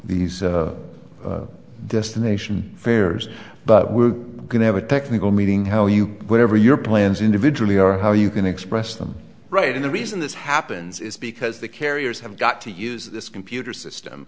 these these destination fairs but we're going to have a technical meeting how you whatever your plans individually or how you can express them right in the reason this happen because the carriers have got to use this computer system